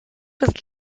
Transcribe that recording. was